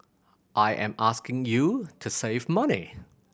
I am asking you to save money